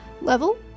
Level